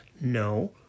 No